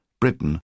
Britain